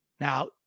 Now